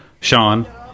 Sean